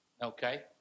Okay